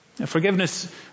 Forgiveness